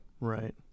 right